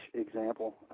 example